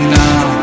now